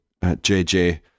JJ